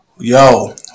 Yo